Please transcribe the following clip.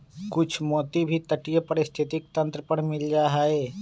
कुछ मोती भी तटीय पारिस्थितिक तंत्र पर मिल जा हई